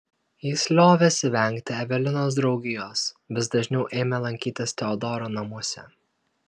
jis liovėsi vengti evelinos draugijos vis dažniau ėmė lankytis teodoro namuose